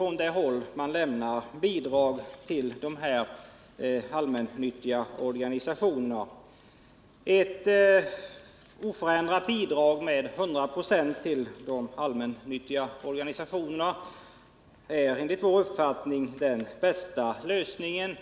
av den instans som lämnar bidrag till de här allmännyttiga organisationerna. Ett bidrag med oförändrat 100 96 till de allmännyttiga organisationerna är enligt vår uppfattning den bästa lösningen.